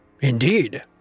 Indeed